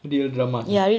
real dramas eh